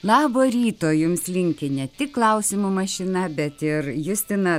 labo ryto jums linki ne tik klausimų mašina bet ir justina